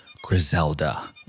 Griselda